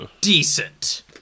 Decent